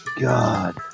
God